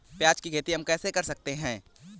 प्याज की खेती हम कैसे कर सकते हैं?